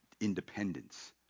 independence